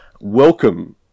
Welcome